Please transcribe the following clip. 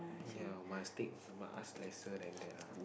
ya must take must ask lesser than take that ah